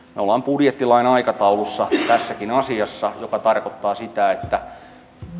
me olemme budjettilain aikataulussa tässäkin asiassa mikä tarkoittaa sitä että